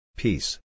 peace